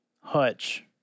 Hutch